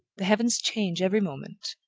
the heavens change every moment,